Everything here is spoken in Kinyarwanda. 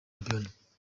shampiyona